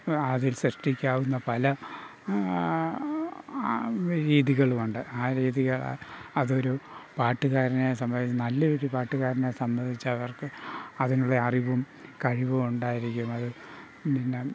അതിൽ സൃഷ്ടിക്കാവുന്ന പല രീതികളുമുണ്ട് ആ രീതിയിൽ അതൊരു പാട്ടുകാരനെ സംബന്ധിച്ച് നല്ല ഒരു പാട്ടുകാരനെ സംബന്ധിച്ച് അവർക്ക് അതിനുള്ള അറിവും കഴിവും ഉണ്ടായിരിക്കുന്നത് പിന്നെ